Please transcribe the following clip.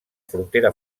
frontera